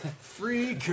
Free